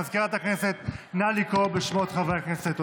מזכירת הכנסת, נא לקרוא בשמות חברי הכנסת.